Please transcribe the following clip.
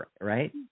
Right